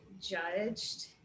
judged